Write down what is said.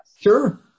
Sure